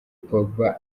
pogba